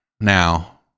now